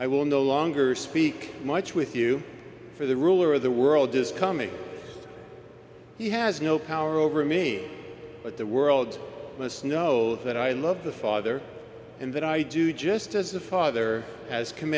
i will no longer speak much with you for the ruler of the world this coming he has no power over me but the world must know that i love the father and that i do just as the father has com